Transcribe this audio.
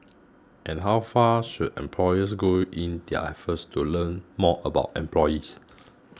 and how far should employers go in their efforts to learn more about employees